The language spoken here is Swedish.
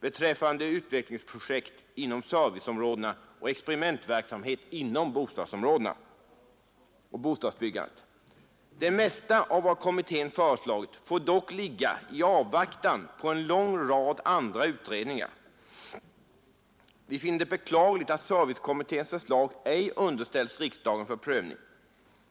beträffande utvecklingsprojekt inom serviceområdena och experimentverksamhet inom bostadsområdena och bostadsbyggandet. Det mesta av vad kommittén föreslagit får dock ligga i avvaktan på en lång rad andra utredningar. Vi finner det beklagligt att servicekommitténs förslag ej underställts riksdagen för prövning.